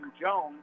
Jones